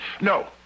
No